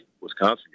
Wisconsin